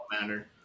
matter